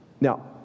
Now